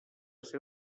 ser